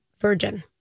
virgin